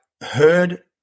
heard